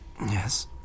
Yes